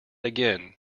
again